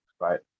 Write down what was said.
right